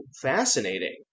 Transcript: fascinating